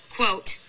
Quote